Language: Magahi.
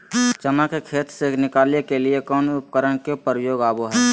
चना के खेत से निकाले के लिए कौन उपकरण के प्रयोग में आबो है?